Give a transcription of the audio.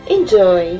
Enjoy